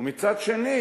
ומצד שני